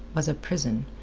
was a prison,